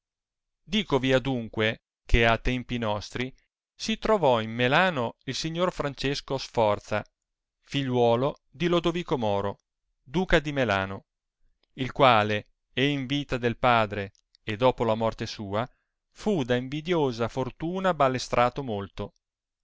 fallo dicovi adunque che a tempi nostri si trovò in melano il signor francesco sforza figliuolo di lodovico moro duca di melano il quale e in vita del padre e dopo la morte sua fu da invidiosa fortuna balestrato molto